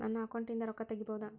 ನನ್ನ ಅಕೌಂಟಿಂದ ರೊಕ್ಕ ತಗಿಬಹುದಾ?